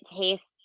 tastes